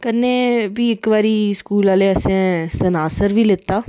ते फ्ही स्कूल आह्ले असें गी सन्नासर बी लैता